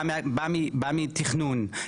בא מתכנון,